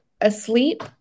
asleep